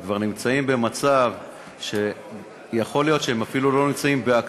שכבר נמצאים במצב שבו יכול להיות שהם אפילו לא בהכרה,